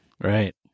Right